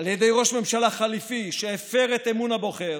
על ידי ראש ממשלה חליפי שהפר את אמון הבוחר,